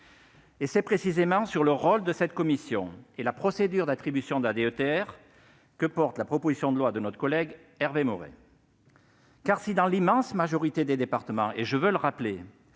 C'est précisément sur le rôle de cette commission et la procédure d'attribution de la DETR que porte la proposition de loi de notre collègue Hervé Maurey. En effet, si dans l'immense majorité des départements les règles